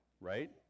right